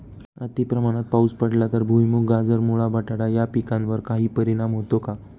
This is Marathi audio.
अतिप्रमाणात पाऊस पडला तर भुईमूग, गाजर, मुळा, बटाटा या पिकांवर काही परिणाम होतो का?